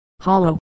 hollow